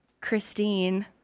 Christine